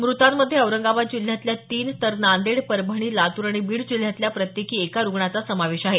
मृतांमध्ये औरंगाबाद जिल्ह्यातल्या तीन तर नांदेड परभणी लातूर आणि बीड जिल्ह्यात प्रत्येकी एका रुग्णाचा समावेश आहे